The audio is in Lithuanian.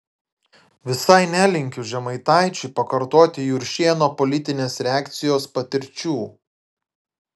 visai nelinkiu žemaitaičiui pakartoti juršėno politinės reakcijos patirčių